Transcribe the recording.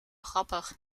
grappig